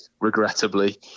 regrettably